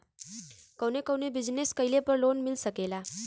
कवने कवने बिजनेस कइले पर लोन मिल सकेला?